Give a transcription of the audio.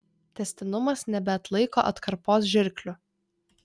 tęstinumas nebeatlaiko atkarpos žirklių